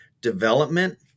development